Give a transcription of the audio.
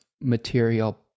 material